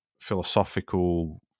philosophical